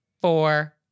four